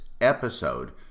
episode